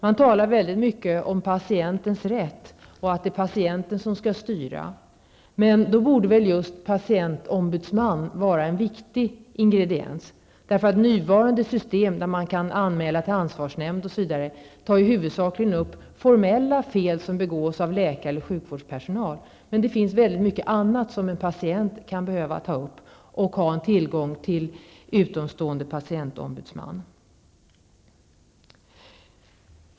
Man talar mycket om patientens rätt och om att det är patienten som skall styra, och då borde väl just en patientombudsman vara en viktig ingrediens. I det nuvarande systemet, där man kan anmäla till ansvarsnämnd osv., tar man i huvudsak upp de formella fel som begås av läkare och annan sjukvårdspersonal. Det finns mycket annat som en patient kan vilja ta upp, och då kan det finnas behov av en utomstående patientombudsman.